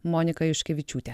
monika juškevičiūtė